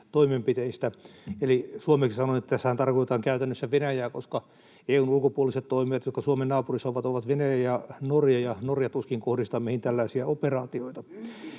suomeksi sanoen tässähän tarkoitetaan käytännössä Venäjää, koska EU:n ulkopuoliset toimijat, jotka ovat Suomen naapurissa, ovat Venäjä ja Norja, ja Norja tuskin kohdistaa meihin tällaisia operaatioita.